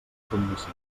condició